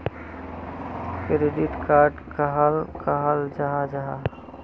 Credit card कहाक कहाल जाहा जाहा?